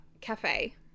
Cafe